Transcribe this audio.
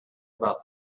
about